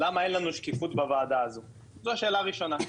למה אין לנו שקיפות בוועדה הזו, זו השאלה הראשונה.